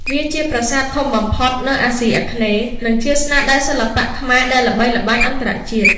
វាជាប្រាសាទធំបំផុតនៅអាស៊ីអាគ្នេយ៍ និងជាស្នាដៃសិល្បៈខ្មែរដែលល្បីល្បាញអន្តរជាតិ។